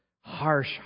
Harsh